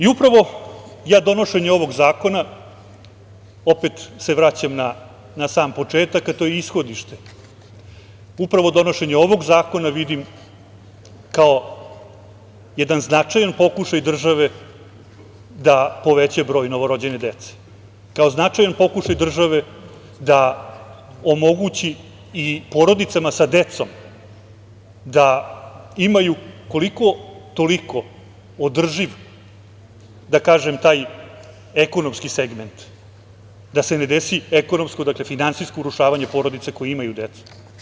Upravo je donošenje ovog zakona, opet se vraćam na sam početak a to je ishodište, upravo donošenje ovog zakona vidim kao jedan značajan pokušaj države da poveća broj novorođene dece, kao značajan pokušaj države da omogući i porodicama sa decom da imaju koliko, toliko održiv, da kažem taj ekonomski segment, da ne desi ekonomsko, odnosno finansijsko urušavanje porodice koji imaju decu.